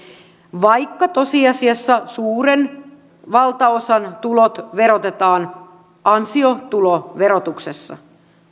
vaikka tosiasiassa suuren valtaosan tulot verotetaan ansiotuloverotuksessa